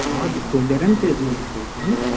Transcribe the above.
हजुर खोलेर नि त्यो जोडिसकेको छु